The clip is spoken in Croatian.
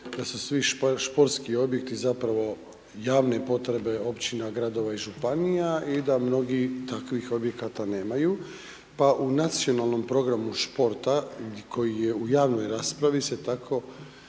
da su svi športski objekti zapravo, javne potrebe općine, gradova i županija i da mnogi takvih objekata nemaju pa u nacionalnom programu športa koji je u javnoj raspravi se tako